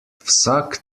vsak